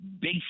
Big